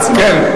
כן.